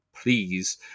please